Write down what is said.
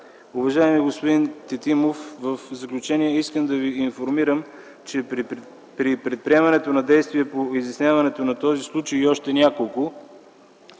Уважаеми господин Тетимов, в заключение искам да Ви информирам, че при предприемането на действия по изясняването на този случай и още няколко